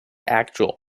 actual